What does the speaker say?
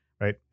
right